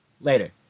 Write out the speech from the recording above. Later